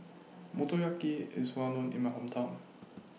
Motoyaki IS Well known in My Hometown